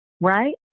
right